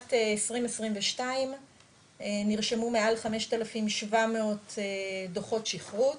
שבשנת 2022 נרשמו מעל 5700 דו"חות שכרות,